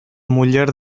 muller